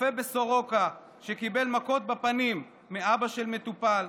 רופא בסורוקה שקיבל מכות בפנים מאבא של מטופל,